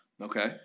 Okay